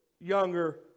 younger